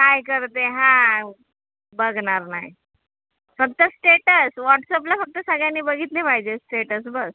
काय करते हां बघणार नाही फक्त स्टेटस व्हाट्सअपला फक्त सगळ्यांनी बघितले पाहिजे स्टेटस बस